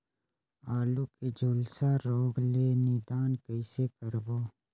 आलू के झुलसा रोग ले निदान कइसे करबो?